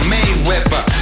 Mayweather